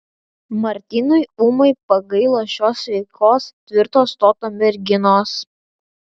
martynui ūmai pagailo šios sveikos tvirto stoto merginos